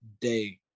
day